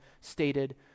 stated